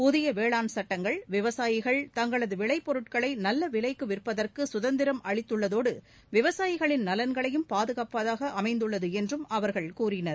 புதிய வேளாண் சட்டங்கள் விவசாயிகள் தங்களது விளைப் பொருட்களை நல்ல விலைக்கு விற்பதற்கு கதந்திரம் அளித்துள்ளதோடு விவசாயிகளின் நலன்களையும் பாதுகாப்பதாக அமைந்துள்ளது என்றும் அவர்கள் கூறினர்